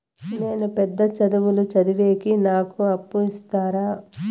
నేను పెద్ద చదువులు చదివేకి నాకు అప్పు ఇస్తారా